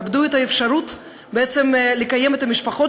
יאבדו את האפשרות בעצם לקיים את המשפחות